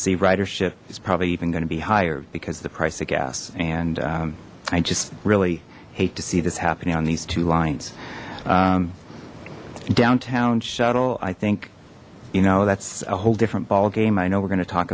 see ridership is probably even going to be higher because the price of gas and i just really hate to see this happening on these two lines downtown shuttle i think you know that's a whole different ballgame i know we're going t